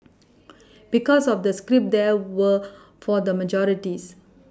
because of the scripts they were for the majority